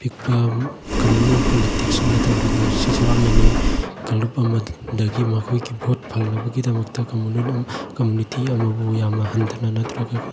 ꯄꯤꯛꯄ communal politics ꯍꯥꯏꯅ ꯇꯧꯔꯤꯕ ꯁꯤꯁꯨ ꯑꯃꯅꯤ ꯀꯥꯡꯂꯨꯞ ꯑꯃꯗꯒꯤ ꯃꯈꯣꯏꯒꯤ ꯚꯣꯠ ꯐꯪꯅꯕꯒꯤꯗꯃꯛꯇ ꯀꯝꯃꯨꯅꯦꯜ ꯀꯝꯃꯨꯅꯤꯇꯤ ꯑꯃꯕꯨ ꯌꯥꯝꯅ ꯍꯟꯊꯅ ꯅꯠꯇ꯭ꯔꯒ